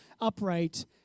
upright